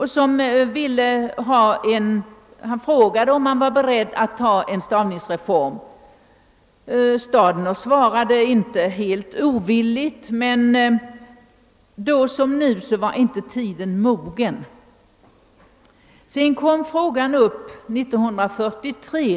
Han frågade om ecklesiastikministern var beredd att genomföra en stavningsreform. Statsrådet Stadener svarade inte helt ovilligt, men då som nu var inte tiden mogen. Sedan kom frågan upp 1943.